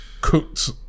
cooked